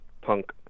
punk